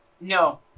No